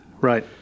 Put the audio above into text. right